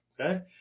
Okay